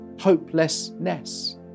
hopelessness